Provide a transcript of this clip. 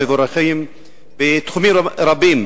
בתחומים רבים.